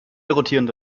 rotierende